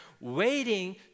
waiting